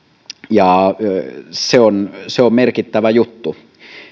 ja se on se on merkittävä juttu